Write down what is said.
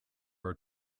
are